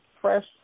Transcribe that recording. fresh